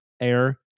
air